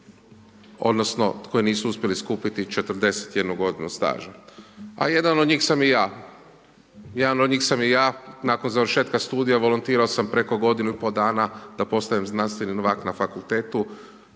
odnosno koji nisu uspjeli 41 g. staža. A jedan od njih sam i ja. Jedan od njih sam i ja, nakon završetak studija volontirao sam preko godinu i pol dana da postanem znanstven novak na fakultetu